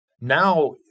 Now